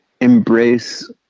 embrace